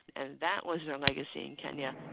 and that was their legacy in kenya.